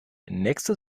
nächste